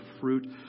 fruit